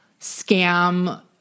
scam